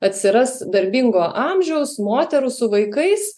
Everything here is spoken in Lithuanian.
atsiras darbingo amžiaus moterų su vaikais